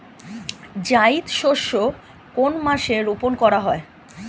জায়িদ শস্য কোন মাসে রোপণ করা হয়?